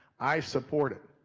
i support it.